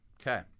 Okay